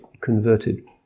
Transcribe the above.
converted